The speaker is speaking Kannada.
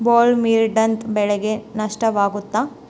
ಬೊಲ್ವರ್ಮ್ನಿಂದ ಬೆಳೆಗೆ ನಷ್ಟವಾಗುತ್ತ?